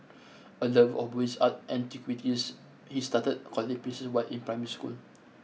a lover of Buddhist art and antiquities he started collecting pieces while in primary school